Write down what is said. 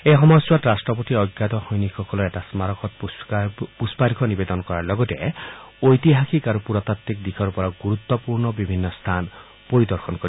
এই সময়ছোৱাত ৰট্টপতিয়ে অজ্ঞাত সৈনিকসকলৰ এটা স্মাৰকত পুষ্পাৰ্ঘ্য নিৱেদন কৰাৰ লগতে ঐতিহাসিক আৰু পুৰাতাত্বিক দিশৰ পৰা গুৰুত্বপূৰ্ণ বিভিন্ন স্থান পৰিদৰ্শন কৰিব